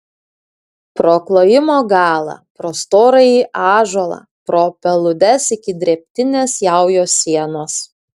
pro klojimo galą pro storąjį ąžuolą pro peludes iki drėbtinės jaujos sienos